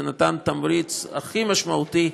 זה נתן תמריץ הכי משמעותי.